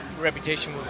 reputation